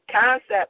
concept